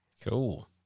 Cool